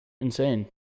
insane